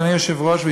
אדוני היושב-ראש,